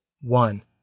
one